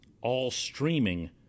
all-streaming